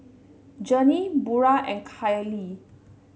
Journey Burrel and Kali